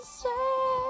say